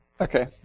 Okay